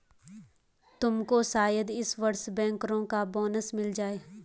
तुमको शायद इस वर्ष बैंकरों का बोनस मिल जाए